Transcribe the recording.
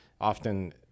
often